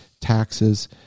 taxes